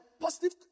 positive